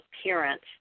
appearance